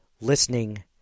listening